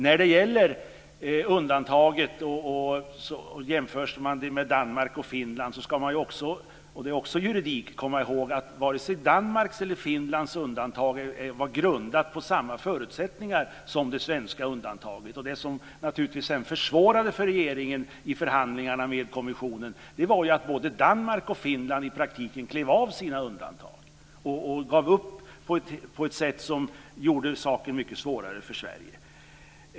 När det gäller undantaget och jämförelsen med Danmark och Finland - och det är också juridik - ska man komma i håg att vare sig Danmarks eller Finlands undantag var grundat på samma förutsättningar som det svenska. Det som naturligtvis sedan försvårade för regeringen i förhandlingarna med kommissionen var att både Danmark och Finland i praktiken klev av sina undantag och gav upp på ett sätt som gjorde saken mycket svårare för Sverige.